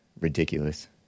Ridiculous